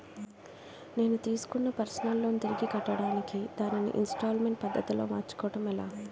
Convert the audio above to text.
నేను తిస్కున్న personal loan తిరిగి కట్టడానికి దానిని ఇంస్తాల్మేంట్ పద్ధతి లో మార్చుకోవడం ఎలా?